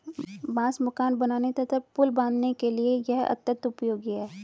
बांस मकान बनाने तथा पुल बाँधने के लिए यह अत्यंत उपयोगी है